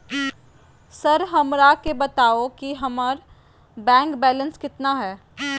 Sir हमरा के बताओ कि हमारे बैंक बैलेंस कितना है?